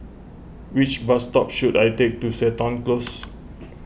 which bus dog should I take to Seton Close